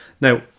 Now